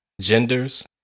genders